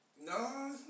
no